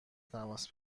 تماس